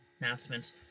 announcements